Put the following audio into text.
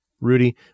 Rudy